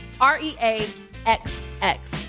r-e-a-x-x